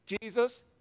Jesus